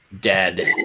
dead